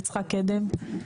יצחק קדם.